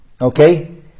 okay